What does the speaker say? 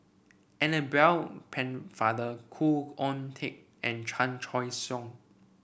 Annabel Pennefather Khoo Oon Teik and Chan Choy Siong